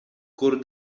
kur